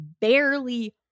barely